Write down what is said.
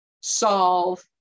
solve